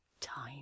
time